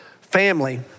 family